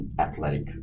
Athletic